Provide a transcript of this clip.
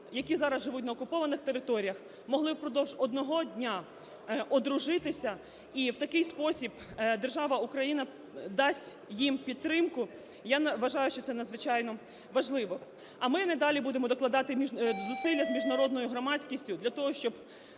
які зараз живуть на окупованих територіях, могли впродовж одного дня одружитися, і в такий спосіб держава Україна дасть їм підтримку. Я вважаю, що це надзвичайно важливо. А ми надалі будемо докладати зусилля з міжнародною громадськістю для того, щоб